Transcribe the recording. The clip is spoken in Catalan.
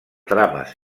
trames